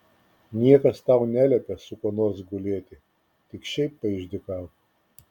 niekas tau neliepia su kuo nors gulėti tik šiaip paišdykauk